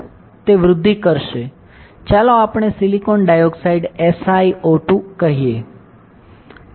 તે વૃદ્ધિ કરીશું ચાલો આપણે સિલિકોન ડાયોક્સાઇડ SiO2 કહીએ